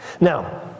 Now